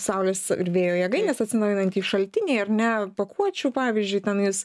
saulės ir vėjo jėgainės atsinaujinantys šaltiniai ar ne pakuočių pavyzdžiui tenais